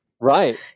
Right